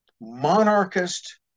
monarchist